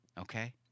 Okay